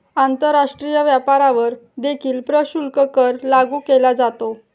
आंतरराष्ट्रीय व्यापारावर देखील प्रशुल्क कर लागू केला जातो